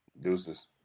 Deuces